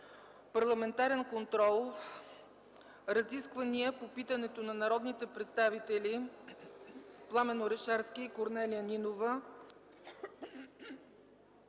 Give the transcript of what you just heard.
Парламентарен контрол. Разисквания по питането на народните представители Пламен Орешарски и Корнелия Нинова